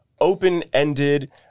open-ended